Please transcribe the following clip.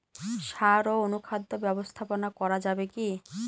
সাড় ও অনুখাদ্য ব্যবস্থাপনা করা যাবে কি?